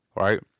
Right